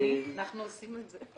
אנחנו עושים את זה הרבה.